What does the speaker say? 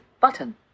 Button